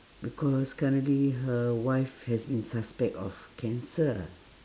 because currently her wife has been suspect of cancer